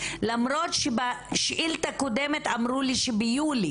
למרות שבשאילתה הקודמת אמרו לי שביולי